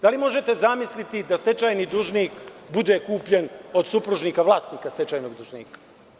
Da li možete zamisliti da stečajni dužnik bude kupljen od supružnika vlasnika stečajnog dužnika?